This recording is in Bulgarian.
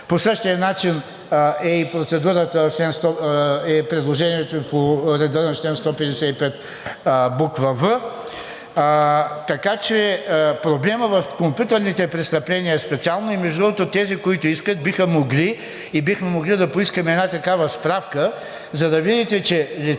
По същия начин е и предложението по реда на чл. 155, буква „в“. Така че проблемът в компютърните престъпления специално, и между другото, тези, които искат, биха могли и бихме могли да поискаме една такава справка, за да видите, че лицата,